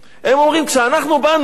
הם אומרים: כשאנחנו באנו,